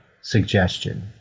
suggestion